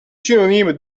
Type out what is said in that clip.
synonyme